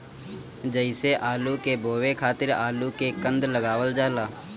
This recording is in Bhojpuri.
जइसे आलू के बोए खातिर आलू के कंद लगावल जाला